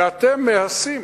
ואתם מהסים,